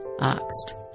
asked